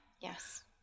Yes